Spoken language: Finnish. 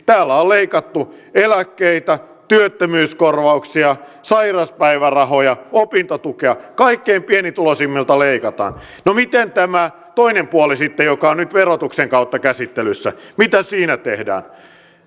täällä on leikattu eläkkeitä työttömyyskorvauksia sairauspäivärahoja opintotukea kaikkein pienituloisimmilta leikataan no miten tämä toinen puoli sitten joka on nyt verotuksen kautta käsittelyssä mitä siinä tehdään